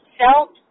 felt